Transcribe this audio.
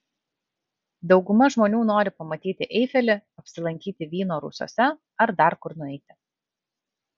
dauguma žmonių nori pamatyti eifelį apsilankyti vyno rūsiuose ar dar kur nueiti